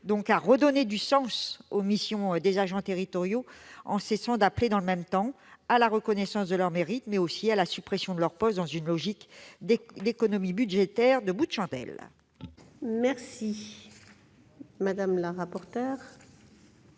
à redonner du sens aux missions des agents territoriaux, en cessant d'appeler dans le même temps à la reconnaissance de leur mérite et à la suppression de leur poste dans une logique d'économies budgétaires de bout de chandelle ! Quel est